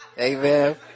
Amen